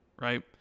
right